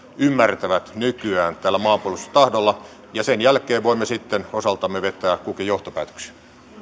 ymmärtävät nykyään tällä maanpuolustustahdolla ja sen jälkeen voimme sitten kukin osaltamme vetää johtopäätöksiä